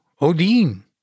Odin